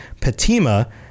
Patima